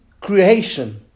creation